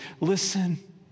listen